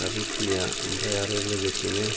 दा बेखिनिया ओमफ्राय आरो लोगोसेनो